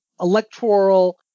Electoral